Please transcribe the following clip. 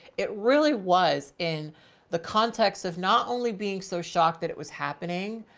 it really was in the context of not only being so shocked that it was happening,